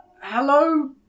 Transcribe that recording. Hello